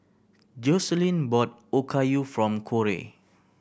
Jocelynn bought Okayu from Korey